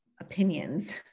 opinions